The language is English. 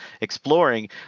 exploring